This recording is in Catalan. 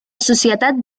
societat